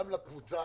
גם לקבוצה